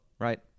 right